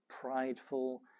prideful